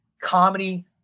comedy